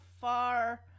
far